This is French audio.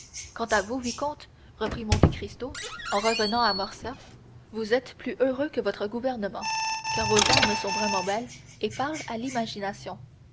quant à vous vicomte reprit monte cristo en revenant à morcerf vous êtes plus heureux que votre gouvernement car vos armes sont vraiment belles et parlent à l'imagination